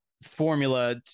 Formula